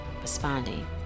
responding